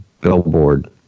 billboard